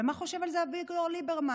ומה חושב על זה אביגדור ליברמן?